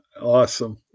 Awesome